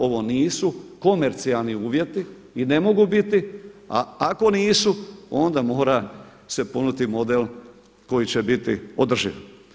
Ovo nisu komercijalni uvjeti i ne mogu biti, a ako nisu onda mora se ponuditi model koji će biti održiv.